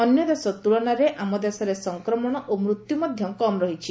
ଅନ୍ୟ ଦେଶ ତ୍କଳନାରେ ଆମ ଦେଶରେ ସଂକ୍ରମଣ ଓ ମୃତ୍ୟୁ କମ୍ ରହିଛି